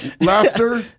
Laughter